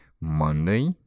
Monday